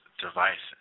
devices